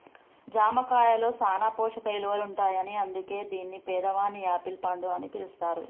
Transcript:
జామ కాయలో సాన పోషక ఇలువలుంటాయని అందుకే దీన్ని పేదవాని యాపిల్ పండు అని పిలుస్తారు